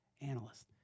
analyst